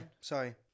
Sorry